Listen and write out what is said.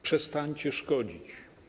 Przestańcie szkodzić.